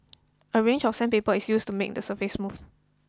a range of sandpaper is used to make the surface smooth